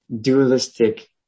dualistic